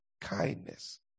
kindness